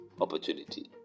opportunity